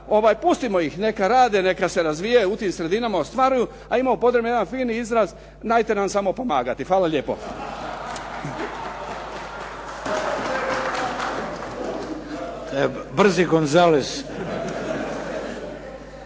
pustimo ih neka rade, neka se razvijaju u tim sredinama ostvaruju. A u Podravini imamo jedan fini izraz "Najte nam samo pomagati". Hvala lijepo. … /Pljesak./